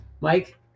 Mike